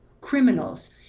criminals